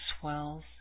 swells